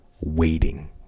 waiting